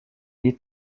est